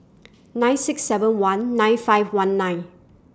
nine six seven one nine five one nine